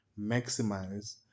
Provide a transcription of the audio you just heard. maximize